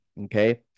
okay